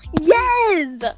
Yes